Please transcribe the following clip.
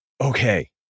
okay